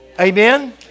Amen